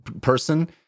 person